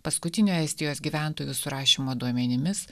paskutinio estijos gyventojų surašymo duomenimis